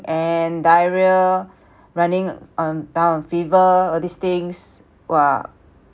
and diarrhoea running uh down a fever all these things !wah!